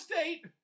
State